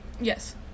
Yes